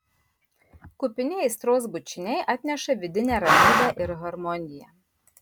kupini aistros bučiniai atneša vidinę ramybę ir harmoniją